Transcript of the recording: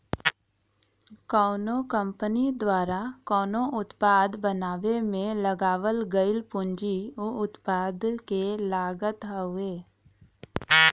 कउनो कंपनी द्वारा कउनो उत्पाद बनावे में लगावल गयल पूंजी उ उत्पाद क लागत हउवे